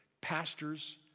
pastors